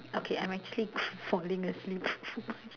okay I'm actually falling asleep